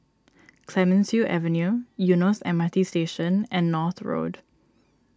Clemenceau Avenue Eunos M R T Station and North Road